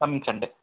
coming Sunday